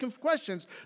questions